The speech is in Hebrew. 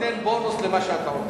זה נותן בונוס על מה שאתה אומר.